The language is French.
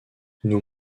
nous